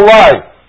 life